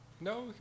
No